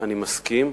אני מסכים.